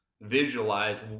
visualize